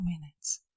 minutes